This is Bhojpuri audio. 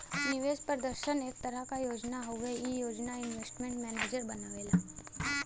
निवेश प्रदर्शन एक तरह क योजना हउवे ई योजना इन्वेस्टमेंट मैनेजर बनावेला